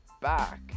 back